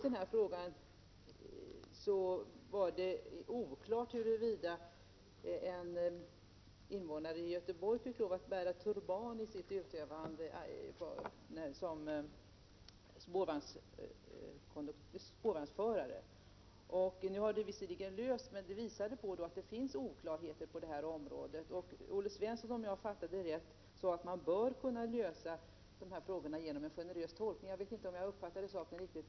Det var tidigare oklart huruvida en invånare i Göteborg fick bära turban under sin yrkesutövning såsom spårvagnsförare. Den frågan har visserligen lösts, men ärendet visar ändå att det råder oklarheter på detta område. Om jag förstod Olle Svensson rätt menade han att frågor av detta slag bör kunna lösas genom en generös lagtolkning.